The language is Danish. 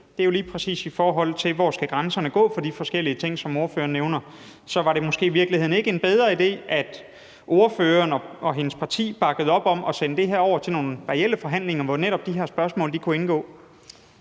det er jo lige præcis, i forhold til hvor grænserne skal gå for de forskellige ting, som ordføreren nævner. Så var det måske i virkeligheden ikke en bedre idé, at ordføreren og hendes parti bakkede op om at sende det her over til nogle reelle forhandlinger, hvor netop de her spørgsmål kunne indgå?